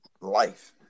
life